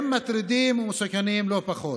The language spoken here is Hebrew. הם מטרידים ומסוכנים לא פחות.